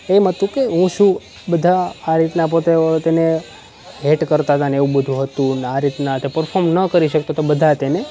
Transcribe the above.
એમ હતું કે હું શું બધા આ રીતના પોતે તેને હેટ કરતા હતા ને એવું બધું હતું ને આ રીતના તે પરફોર્મ ન કરી શકતા તો બધા તેને